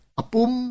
apum